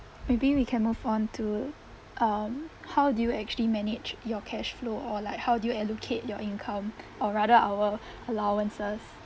maybe we can move on to um how do you actually manage your cash flow or like how do you allocate your income or rather our allowances